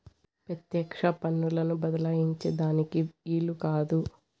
పెత్యెక్ష పన్నులను బద్దలాయించే దానికి ఈలు కాదు